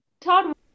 Todd